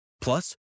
Plus